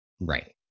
Right